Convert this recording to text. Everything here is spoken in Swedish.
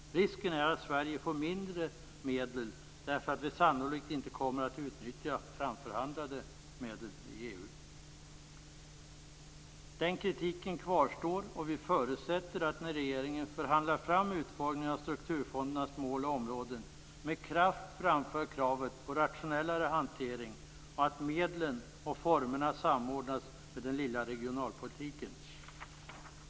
Risken är den att Sverige får mindre medel därför att vi sannolikt inte kommer att utnyttja i EU framförhandlade medel. Den kritiken kvarstår, och vi förutsätter att regeringen när den förhandlar fram utformningen av strukturfondernas mål och områden med kraft framför kravet på rationellare hantering och att medlen och formerna samordnas med den lilla regionalpolitiken.